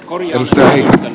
korjaustöihin